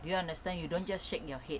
do you understand you don't just shake your head